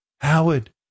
Howard